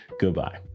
goodbye